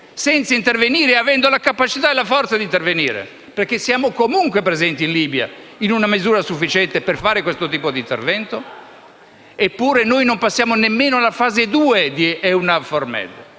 senza intervenire e avendo la capacità e la forza di farlo, perché siamo comunque presenti in Libia in misura sufficiente per fare questo tipo di intervento. Eppure, non passiamo nemmeno alla fase 2 di EUNAVFOR Med.